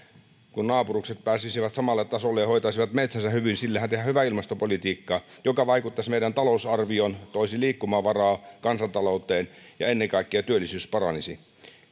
kun naapurukset pääsisivät samalle tasolle ja hoitaisivat metsänsä hyvin sitenhän tehdään hyvää ilmastopolitiikkaa joka vaikuttaisi meidän talousarvioon ja toisi liikkumavaraa kansanta louteen ja ennen kaikkea työllisyys paranisi